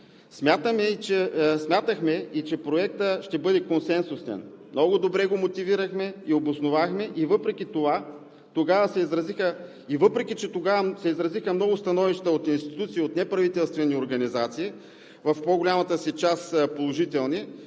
Смятахме, че и Проектът ще бъде консенсусен. Много добре го мотивирахме и обосновахме, изразиха се много становища от институции и от неправителствени организации – в по-голямата си част положителни,